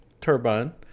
turbine